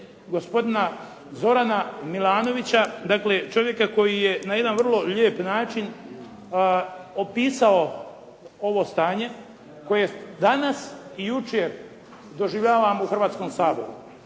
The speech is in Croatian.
gospodina Zorana Milanovića, dakle čovjeka koji je na jedan vrlo lijepo način opisao ovo stanje koje danas i jučer doživljavam u Hrvatskom saboru.